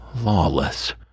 Lawless